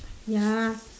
ya